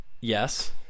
Yes